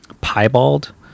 piebald